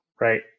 right